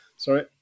Sorry